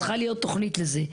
צריכה להיות תוכנית לזה.